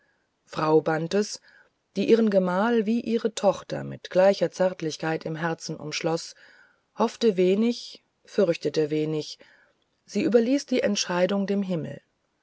frau bantes die ihren gemahl wie ihre tochter mit gleicher zärtlichkeit im herzen umschloß hoffte wenig fürchtete wenig sie überließ die entscheidung dem himmel